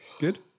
Good